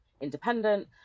independent